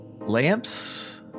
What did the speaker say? lamps